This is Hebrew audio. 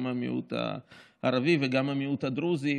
גם המיעוט הערבי וגם המיעוט הדרוזי,